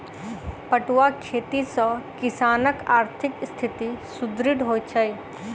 पटुआक खेती सॅ किसानकआर्थिक स्थिति सुदृढ़ होइत छै